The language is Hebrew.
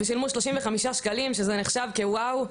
הרווחתי 35 שקלים לשעה שזה נחשב וואו,